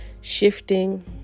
shifting